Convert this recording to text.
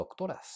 doctoras